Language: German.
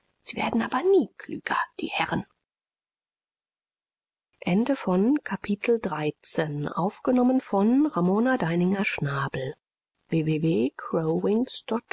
sie werden aber nie klüger die herren